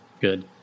good